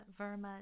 Verma